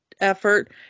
effort